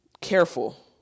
careful